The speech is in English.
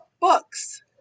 books